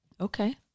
Okay